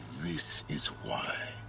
this is why.